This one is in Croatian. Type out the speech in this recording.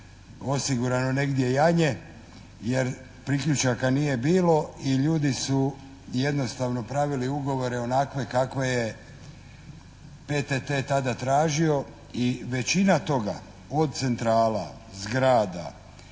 osigurano negdje janje. Jer priključaka nije bilo i ljudi su jednostavno pravili ugovore onakve kako je PTT tada tražio. I većina toga, od centrala, zgrada,